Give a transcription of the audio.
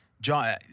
John